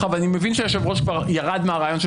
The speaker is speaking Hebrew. אני מבין שהיושב ראש כבר ירד מהרעיון של